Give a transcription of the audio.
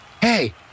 Hey